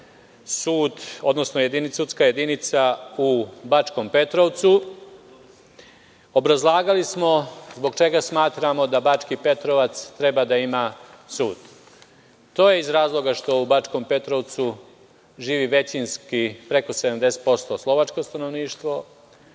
sud, odnosno sudska jedinica u Bačkom Petrovcu. Obrazlagali smo zbog čega smatramo da Bački Petrovac treba da ima sud. To je iz razloga što u Bačkom Petrovcu živi većinski, preko 70%, slovačko stanovništvo.